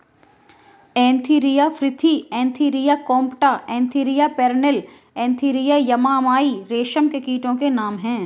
Antheraea frithi Antheraea compta Antheraea pernyi Antheraea yamamai रेशम के कीटो के नाम हैं